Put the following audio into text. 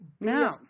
No